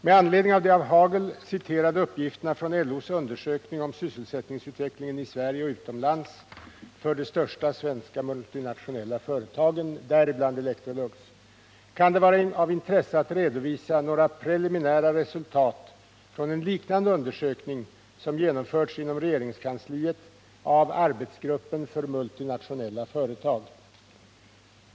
Med anledning av de av Rolf Hagel citerade uppgifterna från LO:s undersökning om sysselsättningsutvecklingen i Sverige och utomlands för de största svenska multinationella företagen — däribland Electrolux — kan det vara av intresse att redovisa några preliminära resultat från en liknande undersökning som genomförts inom regeringskansliet av arbetsgruppen för multinationella företag.